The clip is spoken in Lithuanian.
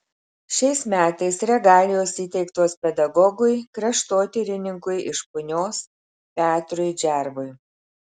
šiais metais regalijos įteiktos pedagogui kraštotyrininkui iš punios petrui džervui